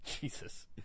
Jesus